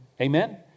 Amen